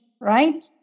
right